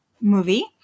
movie